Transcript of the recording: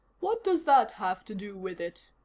what does that have to do with it?